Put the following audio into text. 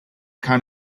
kind